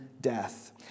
death